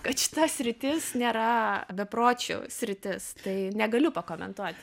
kad šita sritis nėra bepročių sritis tai negaliu pakomentuoti